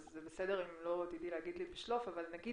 זה בסדר אם לא תדעי להגיד לי בשלוף את יודעת להגיד